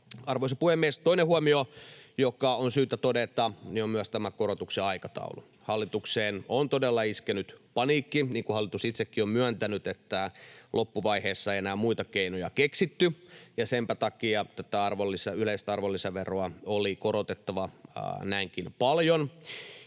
Arvoisa puhemies! Toinen huomio, joka on syytä todeta, on myös tämä korotuksen aikataulu. Hallitukseen on todella iskenyt paniikki, niin kuin hallitus itsekin on myöntänyt, että loppuvaiheessa ei enää muita keinoja keksitty, ja senpä takia tätä yleistä arvonlisäveroa oli korotettava näinkin paljon.